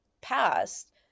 past